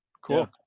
cool